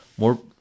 More